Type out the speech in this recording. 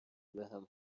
بهم